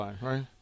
Right